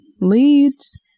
Leads